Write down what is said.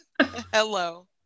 Hello